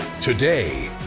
Today